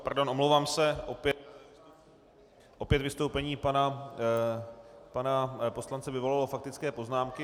Pardon, omlouvám se, opět vystoupení pana poslance vyvolalo faktické poznámky.